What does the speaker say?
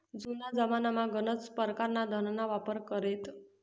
जुना जमानामा गनच परकारना धनना वापर करेत